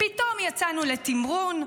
פתאום יצאנו לתמרון.